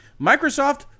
Microsoft